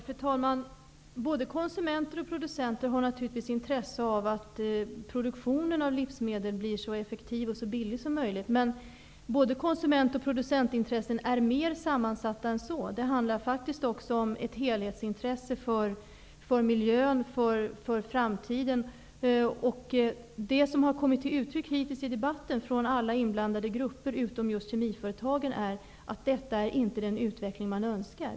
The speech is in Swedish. Fru talman! Både konsumenter och producenter har naturligtvis intresse av att produktionen av livsmedel blir så effektiv och billig som möjligt. Men både konsument och producentintressena är mera sammansatta än så. Det handlar faktiskt också om ett helhetsintresse för miljön inför framtiden. Det som hittills har kommit till uttryck i debatten från alla inblandade grupper, förutom kemiföretagen, är att detta inte är den utveckling man önskar.